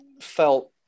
felt